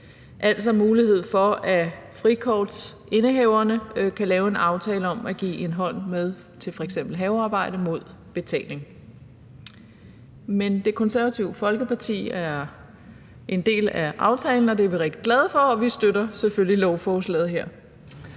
altså en mulighed for, at frikortsindehaverne kan lave en aftale om at give en hånd med til f.eks. havearbejde mod betaling. Det Konservative Folkeparti er en del af aftalen, og det er vi rigtig glade for, og vi støtter selvfølgelig lovforslaget.